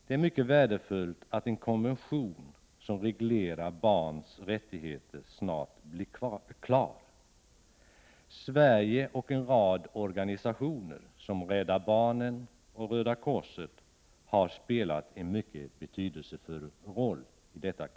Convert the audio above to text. Det är mycket värdefullt att en konvention som reglerar barns rättigheter snart blir klar. Sverige och en rad organisationer som Rädda barnen och Röda korset har här spelat en mycket betydelsefull roll.